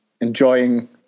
enjoying